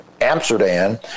Amsterdam